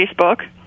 Facebook